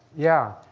yeah,